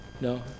No